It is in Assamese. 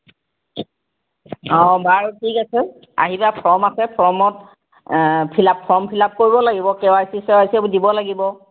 অ বাৰু ঠিক আছে আহিবা ফৰ্ম আছে ফৰ্মত ফিলাপ ফৰ্ম ফিলাপ কৰিব লাগিব কে ৱাই চি চেৱাইচি সেইবোৰ দিব লাগিব